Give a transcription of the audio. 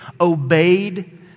obeyed